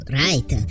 right